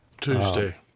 Tuesday